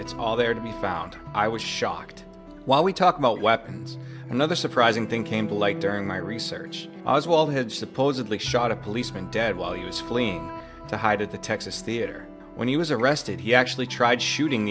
it's all there to be found i was shocked while we talked about weapons and other surprising thing came to light during my research oswald had supposedly shot a policeman dead while useful enough to hide at the texas theater when he was arrested he actually tried shooting